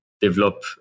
develop